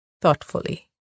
thoughtfully